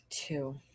two